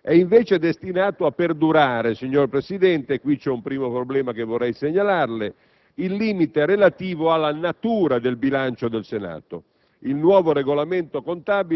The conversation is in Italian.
È invece destinato a perdurare - signor Presidente, qui c'è un primo problema che vorrei segnalarle - il limite relativo alla natura del bilancio del Senato: